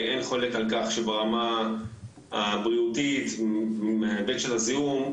אין חולק על כך שברמה הבריאותית מההיבט של הזיהום,